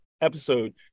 episode